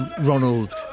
Ronald